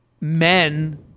Men